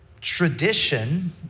tradition